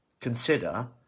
consider